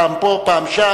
פעם פה פעם שם.